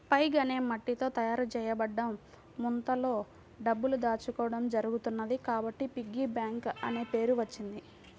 pig అనే మట్టితో తయారు చేయబడ్డ ముంతలో డబ్బులు దాచుకోవడం జరుగుతున్నది కాబట్టి పిగ్గీ బ్యాంక్ అనే పేరు వచ్చింది